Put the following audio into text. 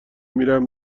میرم